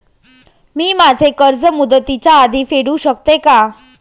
मी माझे कर्ज मुदतीच्या आधी फेडू शकते का?